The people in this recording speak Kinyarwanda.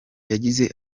yagize